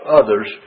others